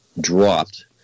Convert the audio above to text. dropped